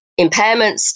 impairments